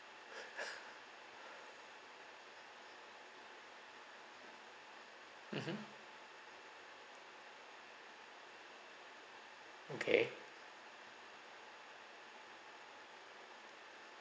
mmhmm okay